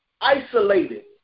isolated